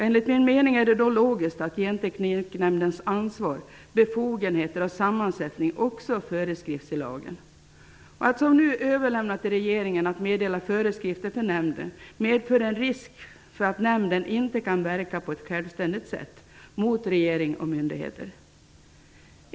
Enligt min mening är det då logiskt att Gentekniknämndens ansvar, befogenheter och sammansättning likaledes föreskrivs i lagen. Att som nu föreslås överlämna till regeringen att meddela föreskrifter för nämnden medför en risk för att nämnden inte kan verka på ett självständigt sätt mot regering och myndigheter.